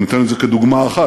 אני נותן את זה כדוגמה אחת,